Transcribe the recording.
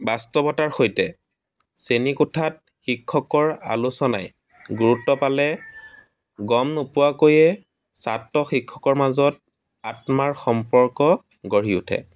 বাস্তৱতাৰ সৈতে শ্ৰেণীকোঠাত শিক্ষকৰ আলোচনাই গুৰুত্ব পালে গম নোপোৱাকৈয়ে ছাত্ৰ শিক্ষকৰ মাজত আত্মাৰ সম্পৰ্ক গঢ়ি উঠে